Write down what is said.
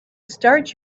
start